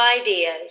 ideas